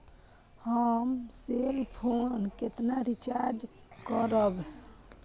हम cell phone केना recharge करब?